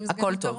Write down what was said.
הכל טוב.